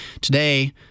Today